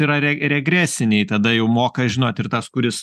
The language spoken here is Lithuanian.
yra re regresiniai tada jau moka žinot ir tas kuris